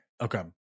okay